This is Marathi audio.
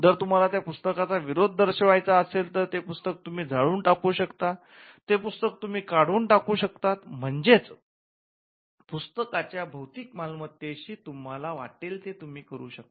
जर तुम्हाला त्या पुस्तकाचा विरोध दर्शवायचा असेल तर ते पुस्तक तुम्ही जाळून टाकू शकता ते पुस्तक तुम्ही काढून टाकू शकता म्हणजेच पुस्तकाच्या भौतिक मालमत्तेशी तुम्हाला वाटेल ते तुम्ही ते करू शकता